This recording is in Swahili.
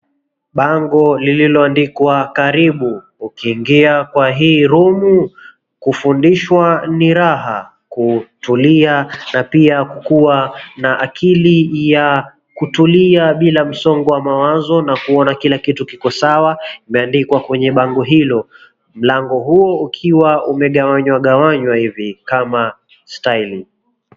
Bango lilioandikwa "karibu ukiingia kwa hii room kufundishwa ni raha kutulia na pia kukuwa na akili ya kutulia bila msongo wa mawazo na kuona kila kitu kiko sawa",limeandikwa kwenye bango hilo. Mlango huo ukiwa umegawanywa hivi kama style .